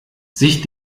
sich